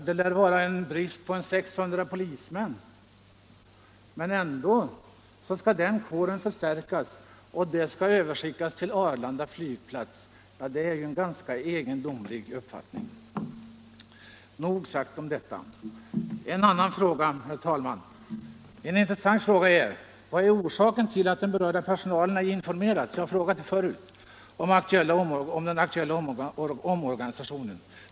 Det lär vara en brist på 600 polismän i Stockholm, men ändå skall den kåren förstärkas för att den skall kunna användas vid Arlanda flygplats. Det är ju en ganska egendomlig ordning! En annan intressant fråga är: Vad är orsaken till att den berörda personalen inte har informerats — jag har ställt den frågan förut — om den aktuella omorganisationen?